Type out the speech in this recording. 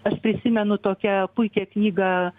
aš prisimenu tokią puikią knygą